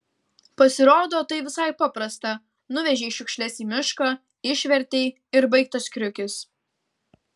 pasirodo tai visai paprasta nuvežei šiukšles į mišką išvertei ir baigtas kriukis